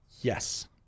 Yes